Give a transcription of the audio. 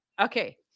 Okay